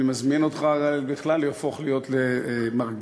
אני מזמין אותך בכלל להפוך להיות מרגיע,